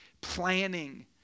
planning